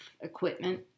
equipment